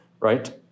right